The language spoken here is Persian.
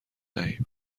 دهیم